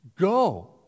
Go